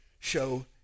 show